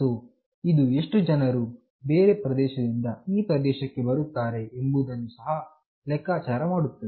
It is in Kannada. ಸೋ ಇದು ಎಷ್ಟು ಜನರು ಬೇರೆ ಪ್ರದೇಶದಿಂದ ಈ ಪ್ರದೇಶಕ್ಕೆ ಬರುತ್ತಾರೆ ಎಂಬುದನ್ನು ಸಹ ಲೆಕ್ಕಾಚಾರ ಮಾಡುತ್ತದೆ